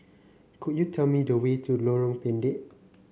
could you tell me the way to Lorong Pendek